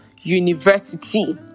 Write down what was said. University